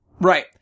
Right